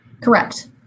Correct